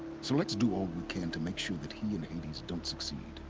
so let's do all we can to make sure but he and hades don't succeed.